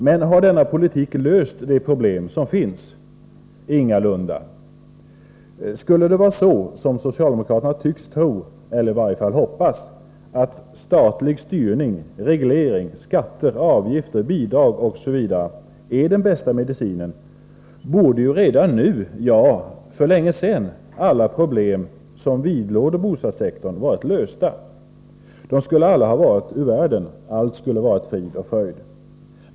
& Men har denna politik löst de problem som finns? Ingalunda! Skulle det vara så, som socialdemokraterna tycks tro eller i varje fall hoppas, att statlig styrning, reglering, skatter, avgifter, bidrag osv. är den bästa medicinen borde ju redan nu, ja, för länge sedan, alla problem som vidlåder bostadssektorn ha varit lösta. De skulle alla ha varit ur världen. Allt skulle ha varit frid och fröjd.